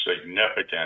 significant